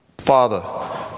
Father